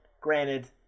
granted